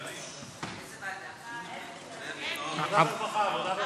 הוראת שעה ותיקון),